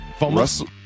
Russell